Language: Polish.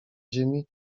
ziemi